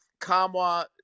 Kamwa